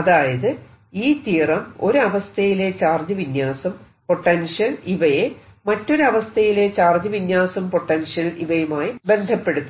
അതായത് ഈ തിയറം ഒരു അവസ്ഥയിലെ ചാർജ് വിന്യാസം പൊട്ടൻഷ്യൽ ഇവയെ മറ്റൊരു അവസ്ഥയിലെ ചാർജ് വിന്യാസം പൊട്ടൻഷ്യൽ ഇവയുമായി ബന്ധപ്പെടുത്തുന്നു